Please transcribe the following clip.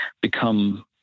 become